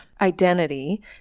identity